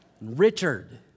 Richard